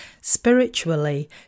Spiritually